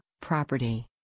property